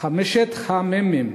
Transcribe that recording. חמשת המ"מים: